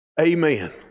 Amen